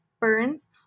burns